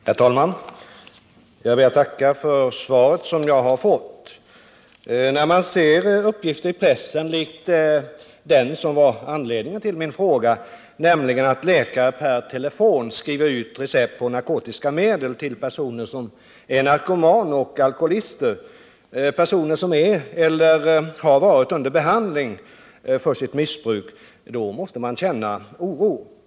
Herr talman! Jag ber att få tacka för det svar jag fått. När man ser en uppgift i pressen lik den som var anledningen till min fråga, nämligen att läkare per telefon skriver ut recept på narkotiska medel till personer som är narkomaner och alkoholister, personer som är eller har varit under behandling för sitt missbruk, då måste man känna oro.